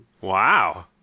Wow